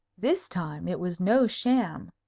this time it was no sham.